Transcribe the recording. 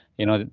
you know,